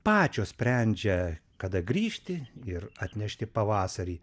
pačios sprendžia kada grįžti ir atnešti pavasarį